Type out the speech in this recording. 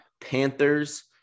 Panthers